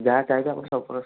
ଯାହା ଚାହିଁବେ ଆପଣ ସବୁପ୍ରକାର